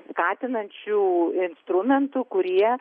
skatinančių instrumentų kurie